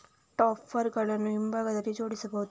topper ಗಳನ್ನು ಹಿಂಭಾಗದಲ್ಲಿ ಜೋಡಿಸಬಹುದು